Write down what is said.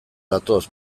datoz